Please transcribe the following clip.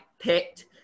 picked